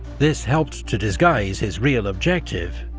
this helped to disguise his real objective,